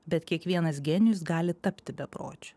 bet kiekvienas genijus gali tapti bepročiu